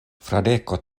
fradeko